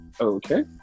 okay